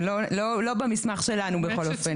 זה לא במסמך שלנו, בכל אופן.